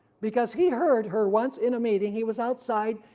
because he heard her once in a meeting he was outside,